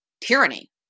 tyranny